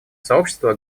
сообщество